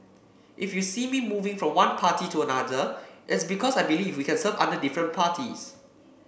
if you see me moving from one party to another it's because I believe we can serve under different parties